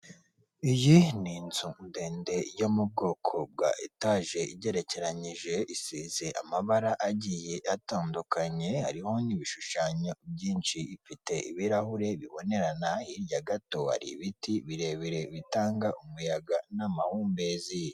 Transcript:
Iyi ni inzu ndende yo mu bwoko bwa etaje igerekeranyije, isize amabara agiye atandukanye, hariho n'ibishushanyo byinshi, ifite ibirahure bibonerana, hirya gato hari ibiti birebire bitanga umuyaga n'amahumbezi.